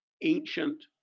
ancient